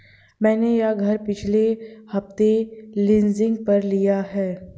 मैंने यह घर पिछले हफ्ते लीजिंग पर लिया है